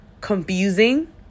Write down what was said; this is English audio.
confusing